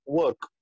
work